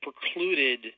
precluded